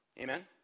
Amen